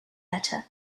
better